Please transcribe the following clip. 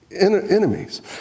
enemies